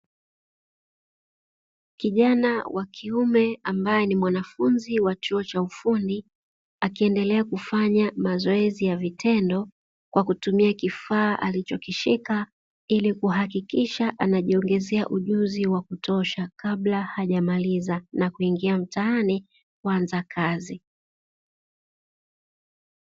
Kijana wa kiume ambaye ni mwanafunzi wa chuo cha ufundi akiendelea kufanya mazoezi ya vitendo kwa kutumia kifaa alichokishika ili kuhakikisha anajiongezea ujuzi wa kutosha kabla hajamaliza na kuingia mtaani kuanza kazi.